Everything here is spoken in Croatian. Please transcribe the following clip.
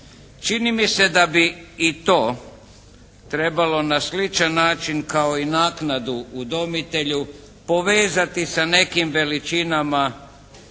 Čini mi se da bi i to trebalo na sličan način kao i naknadu udomitelju povezati sa nekim veličinama